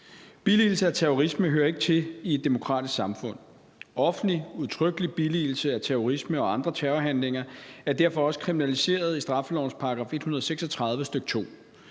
Billigelse af terrorisme hører ikke til i et demokratisk samfund. Offentlig udtrykkelig billigelse af terrorisme og terrorhandlinger er derfor også kriminaliseret i straffelovens § 136, stk. 2.